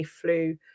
flew